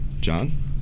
John